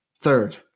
third